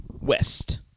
West